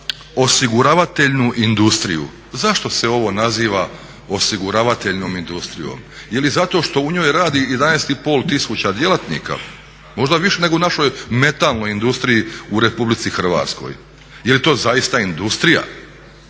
za osiguravateljnu industriju. Zašto se ovo naziva osiguravateljnom industrijom? Je li zato što u njoj radi 11,5 tisuća djelatnika, možda više nego u našoj metalnoj industriji u RH? Je li to zaista industrija?